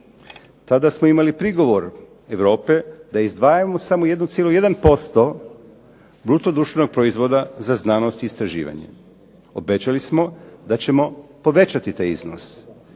Tada smo imali prigovor Europe da izdvajamo samo 1,1% bruto društvenog proizvoda za znanost i istraživanje, obećali smo da ćemo povećati taj iznos.